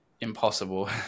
impossible